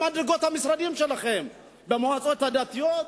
למדרגות המשרדים שלכם במועצות הדתיות,